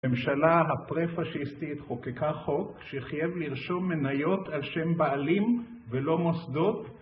הממשלה הפרה-פשיסטית חוקקה חוק שחייב לרשום מניות על שם בעלים ולא מוסדות